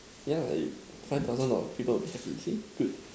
yeah it five thousand dollar people will be happy see good